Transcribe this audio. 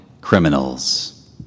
criminals